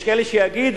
יש כאלה שיגידו,